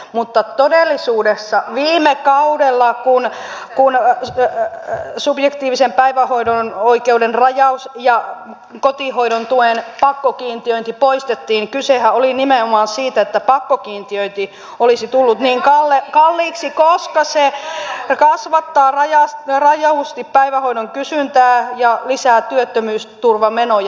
mutta todellisuudessa kun viime kaudella subjektiivisen päivähoito oikeuden rajaus ja kotihoidon tuen pakkokiintiöinti poistettiin niin kysehän oli nimenomaan siitä että pakkokiintiöinti olisi tullut niin kalliiksi koska se olisi kasvattanut rajusti päivähoidon kysyntää ja lisännyt työttömyysturvamenoja